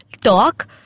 talk